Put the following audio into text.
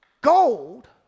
Gold